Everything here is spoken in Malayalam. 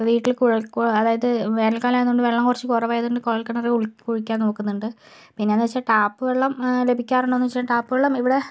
വീട്ടിൽ കുഴൽ അതായത് വേനൽക്കാലമായതുകൊണ്ട് വെള്ളം കുറച്ച് കുറവായതുകൊണ്ട് കുഴൽക്കിണർ കുഴിയ്ക്കാൻ നോക്കുന്നുണ്ട് പിന്നെയെന്നു വച്ചാൽ ടാപ്പ് വെള്ളം ലഭിക്കാറുണ്ടോയെന്നു ചോദിച്ചാൽ ടാപ്പ് വെള്ളം ഇവിടെ